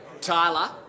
Tyler